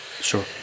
Sure